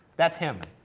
that's him.